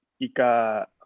Ika